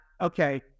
okay